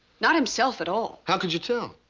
not himself at all. how could you tell?